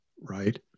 right